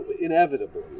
Inevitably